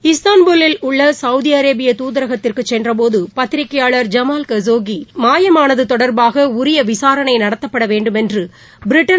இஸ்தான்புல்லில் உள்ளசவுதிஅரேபியதூதரகத்திற்குசென்றபோதுபத்திரிகையாளர் ஐமால் கசோகிமாயமானதுதொடர்பாகஉரியவிசாரணைநடத்தப்படவேண்டும் என்றுபிரிட்டன்